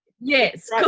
Yes